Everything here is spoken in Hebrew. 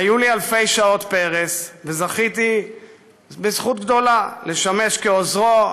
היו לי אלפי שעות פרס וזכיתי בזכות גדולה לשמש כעוזרו,